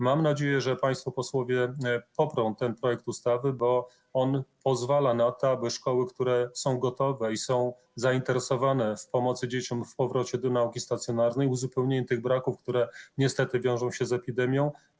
Mam nadzieję, że państwo posłowie poprą ten projekt ustawy, bo on pozwala na to, aby szkoły, które są gotowe i są zainteresowane pomocą dzieciom w powrocie do nauki stacjonarnej, uzupełnieniem tych braków, które niestety wiążą się z epidemią.